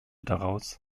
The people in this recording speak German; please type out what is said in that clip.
daraus